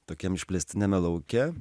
tokiam išplėstiniame lauke